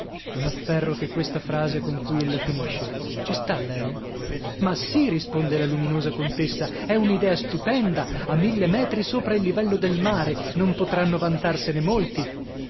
non afferro che questa frase con cui ella finisce ci sta lei ma sì risponde la luminosa contessa è un'idea stupenda a mille metri sopra il livello del mare non potranno vantarsene molti